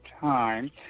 time